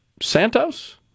Santos